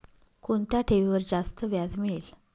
कोणत्या ठेवीवर जास्त व्याज मिळेल?